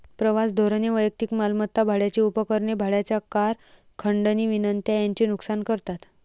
प्रवास धोरणे वैयक्तिक मालमत्ता, भाड्याची उपकरणे, भाड्याच्या कार, खंडणी विनंत्या यांचे नुकसान करतात